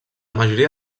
majoria